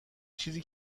چیزی